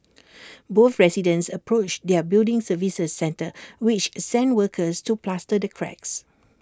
both residents approached their building services centre which sent workers to plaster the cracks